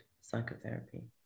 psychotherapy